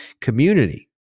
community